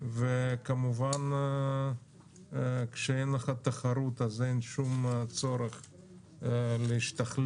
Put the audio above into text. וכמובן כשאין לך תחרות אז אין שום צורך להשתכלל,